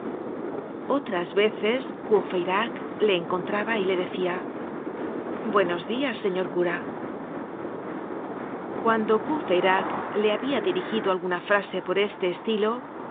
otras veces courfeyrac le encontraba y le decia buenos dias señor cura cuando courfeyrac le habia dirigido alguna frase por este estilo